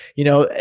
you know,